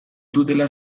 dutela